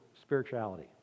spirituality